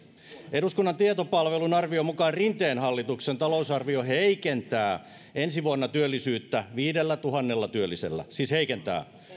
eduskunnan tietopalvelun arvion mukaan rinteen hallituksen talousarvio heikentää ensi vuonna työllisyyttä viidellätuhannella työllisellä siis heikentää